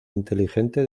inteligente